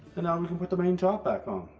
and um we can put the main top back on.